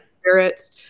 spirits